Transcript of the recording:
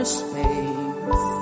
space